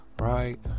Right